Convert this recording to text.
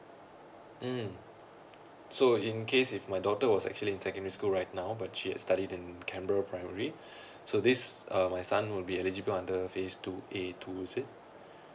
mm so in case if my daughter was actually in secondary school right now but she had studied in canberra primary so this uh my son will be eligible under phase two A two is it